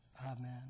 Amen